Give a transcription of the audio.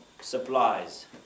supplies